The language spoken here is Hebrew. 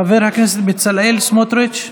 חבר הכנסת בצלאל סמוטריץ'.